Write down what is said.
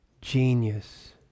genius